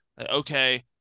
Okay